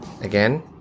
again